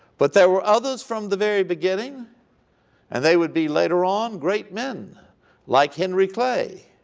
but there were others from the very beginning and they would be later on great men like henry clay